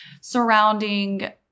surrounding